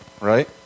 right